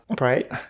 right